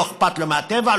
לא אכפת לו מהטבע,